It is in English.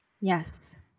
Yes